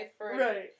Right